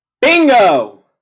Bingo